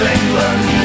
England